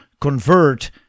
convert